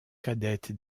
cadette